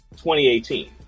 2018